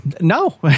No